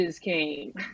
came